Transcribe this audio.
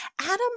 Adam